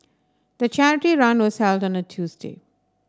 the charity run was held on a Tuesday